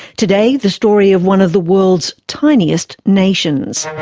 today, the story of one of the world's tiniest nations.